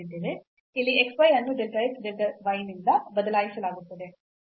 ಇಲ್ಲಿ ಈ x y ಅನ್ನು delta x delta y ನಿಂದ ಬದಲಾಯಿಸಲಾಗುತ್ತದೆ